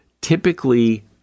typically